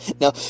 Now